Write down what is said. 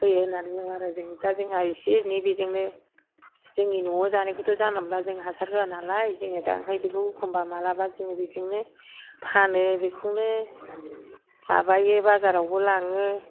होयो होन्नानै बुङो आरो जों दा जोंहा एसे एनै बेजोंनो जोंनि न'आव जानायखौथ' जानला मोनला हासार होआ नालाय जों दा ओमफ्राइ एखम्बा मालाबा बिदिनो फानो बेखौनो माबायो बाजारावबो लाङो